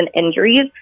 injuries